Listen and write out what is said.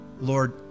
Lord